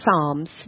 Psalms